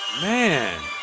Man